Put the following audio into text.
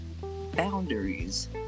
Boundaries